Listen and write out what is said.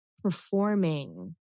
performing